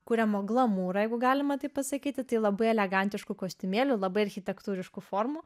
kuriamo glamūr jeigu galima taip pasakyti tai labai elegantišku kostiumėliu labai architektūriškų formų